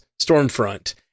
Stormfront